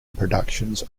productions